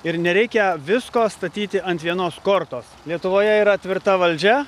ir nereikia visko statyti ant vienos kortos lietuvoje yra tvirta valdžia